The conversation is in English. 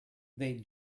they